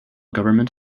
government